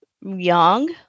young –